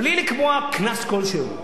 בלי לקבוע קנס כלשהו.